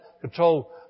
control